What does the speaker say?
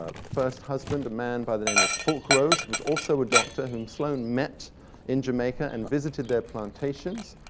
ah first husband, a man by the name of fulke rose, was also a doctor whom sloane met in jamaica, and visited their plantations,